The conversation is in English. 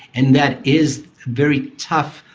and that is very tough.